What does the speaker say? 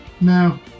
No